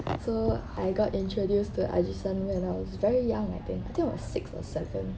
so I got introduced to Ajisen when I was very young I think I think I was six or seven